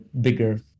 bigger